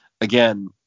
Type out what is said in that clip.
again